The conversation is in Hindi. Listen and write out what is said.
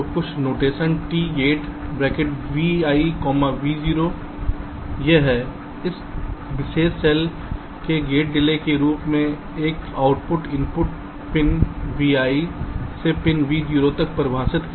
तो कुछ notation T gate vi vo यह है एक विशेष सेल के गेट डिले के रूप में एक आउटपुट इनपुट पिन vi से पिन vo तक से परिभाषित किया गया है